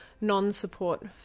non-support